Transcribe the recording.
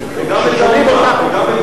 וגם את